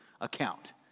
account